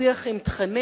שיח עם תכנים.